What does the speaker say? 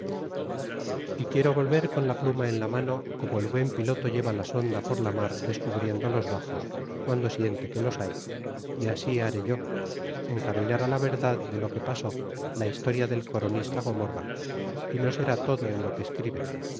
y quiero volver con la pluma en la mano como el buen piloto lleva la sonda por la mar descubriendo los baxos piando siente que los hay así haré yo encaminar la verdad de lo que pasó la historia del coronista gomora y no ser todo en lo que escribe